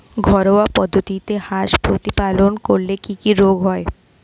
ঘরোয়া পদ্ধতিতে হাঁস প্রতিপালন করলে কি কি রোগ হয়?